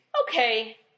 Okay